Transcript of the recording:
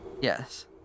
Yes